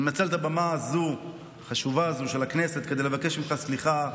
אני מנצל את הבמה החשובה הזו של הכנסת כדי לבקש ממך סליחה,